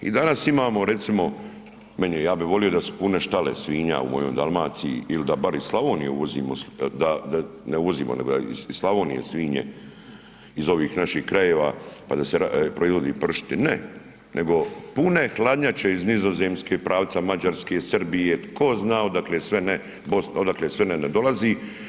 I danas imamo recimo, meni je ja bi volio da su pune štale svinja u mojoj Dalmaciji ili da bar iz Slavonije uvozimo, da ne uvozimo nego da iz Slavonije svinje iz ovih naših krajeva pa se proizvode pršuti, ne, ne pune hladnjače iz Nizozemske, pravca Mađarske, Srbije tko zna odakle sve ne, odakle sve ne ne dolazi.